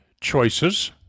choices